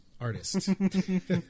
artist